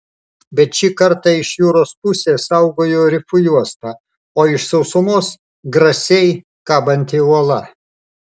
bet šį krantą iš jūros pusės saugojo rifų juosta o iš sausumos grasiai kabanti uola